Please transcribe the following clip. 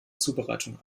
zubereitung